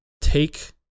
take